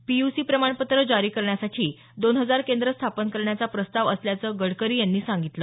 PUC प्रमाणपत्र जारी करण्यासाठी दोन हजार केंद्रं स्थापन करण्याचा प्रस्ताव असल्याचं गडकरी यांनी सांगितलं